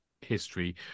history